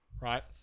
right